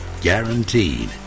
Guaranteed